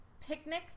picnics